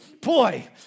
Boy